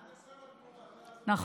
עד עכשיו את מורה, לא יעזור לך כלום.